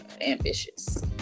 ambitious